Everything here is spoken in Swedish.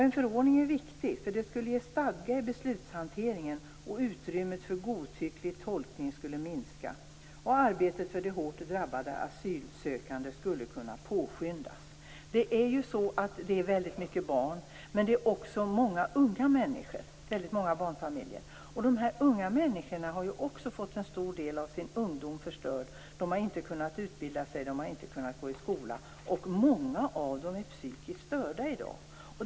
En förordning är viktig eftersom den skulle ge stadga i beslutshanteringen, och utrymmet för en godtycklig tolkning skulle minska. Arbetet för de hårt drabbade asylsökande skulle kunna påskyndas. Det är fråga om väldigt många barnfamiljer men också om många unga människor. Även dessa unga människor har fått en stor del av sin ungdom förstörd. De har inte kunnat gå i skola och utbilda sig. Många av dem är i dag psykiskt störda.